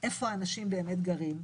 איפה אנשים באמת גרים,